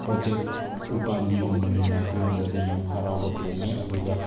ꯄꯣꯠꯁꯦ ꯎꯄꯥꯝꯕꯤꯒꯨꯝꯕꯅꯤꯅ ꯑꯩꯈꯣꯏꯉꯣꯟꯗꯗꯤ ꯌꯥꯝ ꯍꯔꯥꯎꯕ ꯐꯪꯉꯦ ꯑꯗꯨꯒ